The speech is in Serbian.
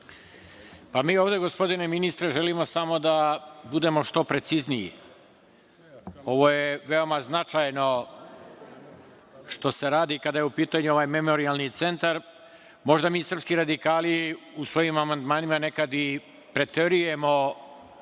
Mi ovde, gospodine ministre, želimo samo da budemo što precizniji. Ovo je veoma značajno što se radi kada je u pitanju ovaj Memorijalni centar. Možda mi srpski radikali u svojim amandmanima nekad i preterujemo